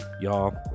Y'all